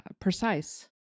precise